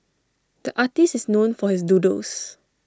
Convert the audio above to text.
the artist is known for his doodles